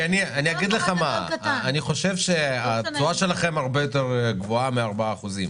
אני אגיד לך מה: אני חושב שהתשואה שלכם הרבה יותר גבוהה מ-4%.